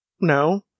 No